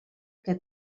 que